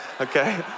okay